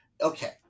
okay